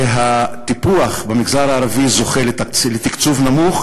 שהטיפוח במגזר הערבי זוכה לתקצוב נמוך